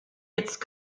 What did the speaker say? jetzt